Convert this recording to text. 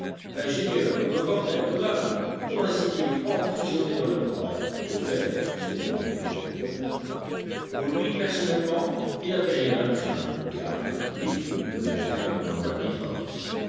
l'ingénieur le reporter le marin pour ainsi dire emprisonnés dans le corral que faire se demandait le pauvre nab pour lui personnellement il n'avait rien à craindre car les convicts ne pouvaient l'atteindre dans